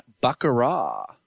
baccarat